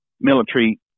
military